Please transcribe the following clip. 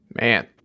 man